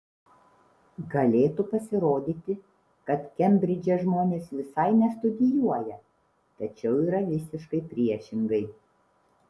galėtų pasirodyti kad kembridže žmonės visai nestudijuoja tačiau yra visiškai priešingai